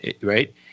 Right